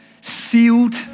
sealed